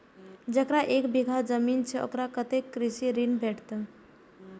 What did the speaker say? जकरा एक बिघा जमीन छै औकरा कतेक कृषि ऋण भेटत?